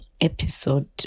episode